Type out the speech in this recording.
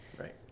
Right